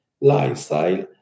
lifestyle